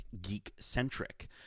geek-centric